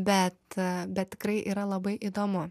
bet bet tikrai yra labai įdomu